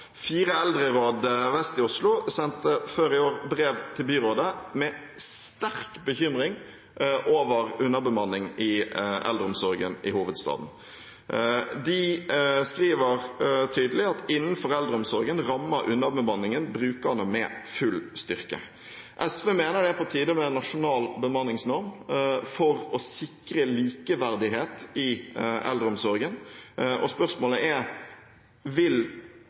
Fire eldreråd vest i Oslo sendte før i år brev til byrådet med sterk bekymring over underbemanning i eldreomsorgen i hovedstaden. De skriver tydelig at «innenfor eldreomsorgen rammer underbemanningen brukerne med full styrke». SV mener det er på tide med en nasjonal bemanningsnorm for å sikre likeverdighet i eldreomsorgen, og spørsmålet er: Vil